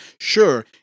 sure